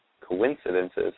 coincidences